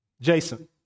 Jason